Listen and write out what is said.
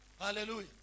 Hallelujah